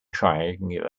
triangular